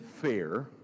fair